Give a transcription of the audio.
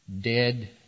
dead